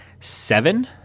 seven